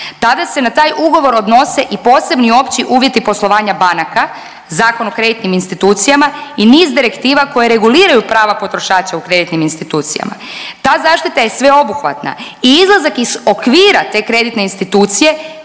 tada se na taj ugovor odnose i posebni opći uvjeti poslovanja banaka, Zakon o kreditnim institucijama i niz direktiva koje reguliraju prava potrošača u kreditnim institucijama. Ta zaštita je sveobuhvatna i izlazak iz okvira te kreditne institucije,